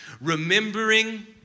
Remembering